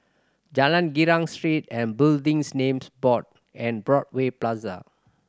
Jalan Girang Street and Buildings Named Board and Broadway Plaza